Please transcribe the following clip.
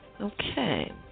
Okay